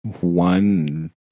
one